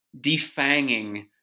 defanging